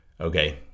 Okay